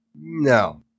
No